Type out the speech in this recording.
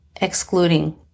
excluding